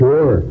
Sure